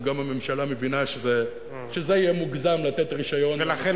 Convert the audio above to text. כי גם הממשלה מבינה שזה יהיה מוגזם לתת רשיון -- לכן